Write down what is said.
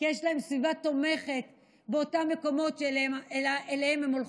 כי יש להן סביבה תומכת באותם מקומות שאליהם הן הולכות.